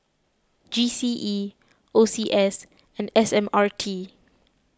G C E O C S and S M R T